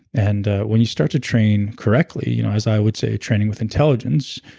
and ah when you start to train correctly, you know as i would say training with intelligence,